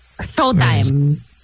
Showtime